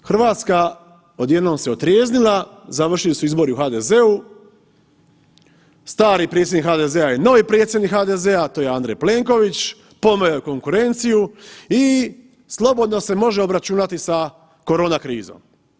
I sada Hrvatska odjednom se otrijeznila, završili su izbori u HDZ-u, stari predsjednik HDZ-a je novi predsjednik HDZ-a, a to je Andrej Plenković, pomeo je konkurenciju i slobodno se može obračunati sa korona krizom.